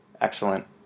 Excellent